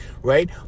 right